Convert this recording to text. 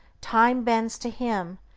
time bends to him,